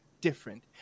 different